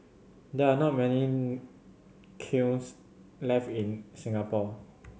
there are not many kilns left in Singapore